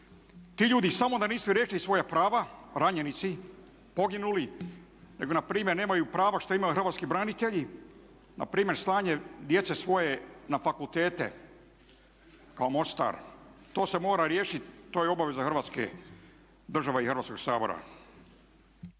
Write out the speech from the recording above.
Ti ljudi samo da nisu rekli svoja prava, ranjenici, poginuli nego npr. nemaju prava šta imaju hrvatski branitelji, npr. slanje djece svoje na fakultete kao Mostar. To se mora riješiti to je obaveza Hrvatske države i Hrvatskog sabora.